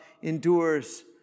endures